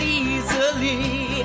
easily